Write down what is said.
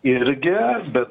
irgi bet